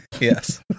Yes